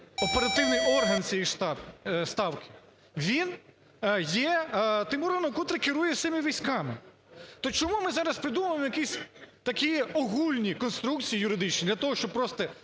оперативний орган цієї Ставки, він є тим органом, котрий керує всіма військами. То чому ми зараз придумуємо якісь такі огульні конструкції юридичні для того, щоб просто